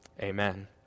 amen